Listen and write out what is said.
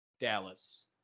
Dallas